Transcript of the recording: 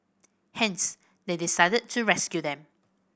hence they decided to rescue them